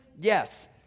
Yes